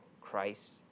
Christ